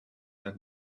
and